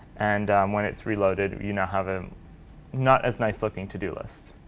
and when it's reloaded, you now have a not as nice-looking to do list.